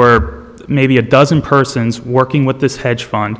were maybe a dozen persons working with this hedge fund